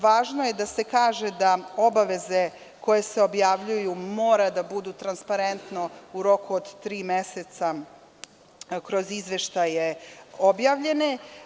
Važno je da se kaže da obaveze koje se objavljuju mora da budu transparentno u roku od tri meseca kroz izveštaje objavljene.